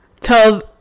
tell